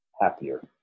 happier